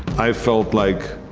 i felt like